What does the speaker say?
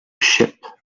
ship